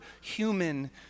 human